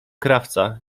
krawca